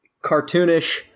cartoonish